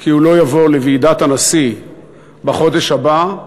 כי הוא לא יבוא לוועידת הנשיא בחודש הבא,